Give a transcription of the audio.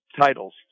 titles